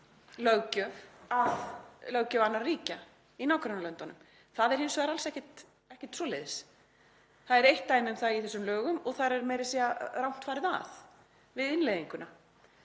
löggjöf að löggjöf annarra ríkja, í nágrannalöndunum. Það er hins vegar alls ekki svoleiðis. Það er eitt dæmi um það í þessum lögum og þar er meira að segja rangt farið að við innleiðinguna